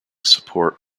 support